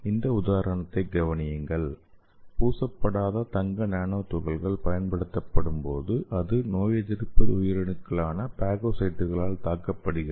இந்த உதாரணத்தைக் கவனியுங்கள் பூசப்படாத தங்க நானோ துகள்கள் பயன்படுத்தப்படும்போது அது நோயெதிர்ப்பு உயிரணுக்களான பாகோசைட்டுகளால் தாக்கப்படுகிறது